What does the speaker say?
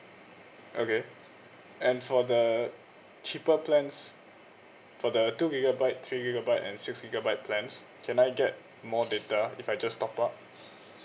okay and for the cheaper plans for the two gigabyte three gigabyte and six gigabyte plans can I get more data if I just top up